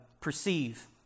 perceive